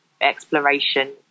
exploration